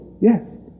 yes